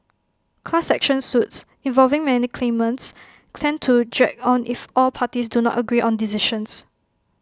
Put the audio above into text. class action suits involving many claimants tend to drag on if all parties do not agree on decisions